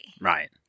Right